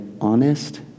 honest